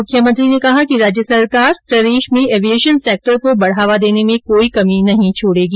मुख्यमंत्री ने कहा कि राज्य सरकार प्रदेश में एविएशन सेक्टर को बढ़ावा देने में कोई कमी नहीं छोड़ेगी